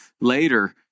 later